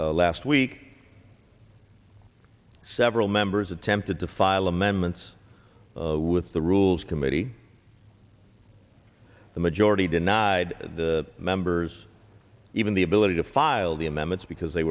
majority last week several members attempted to file amendments with the rules committee the majority denied the members even the ability to file the amendments because they